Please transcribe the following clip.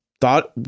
thought